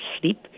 sleep